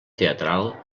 teatral